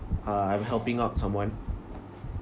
uh I'm helping out someone